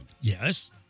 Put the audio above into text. Yes